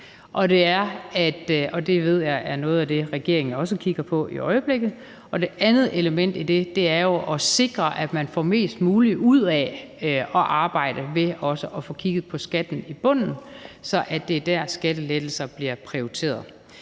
det er noget af det, regeringen også kigger på i øjeblikket – at sikre, at man får mest muligt ud af at arbejde, ved at der også bliver kigget på skatten i bunden, så det er der, skattelettelser bliver prioriteret.